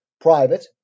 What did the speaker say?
private